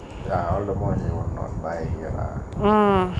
ya old mont he on on buy here lah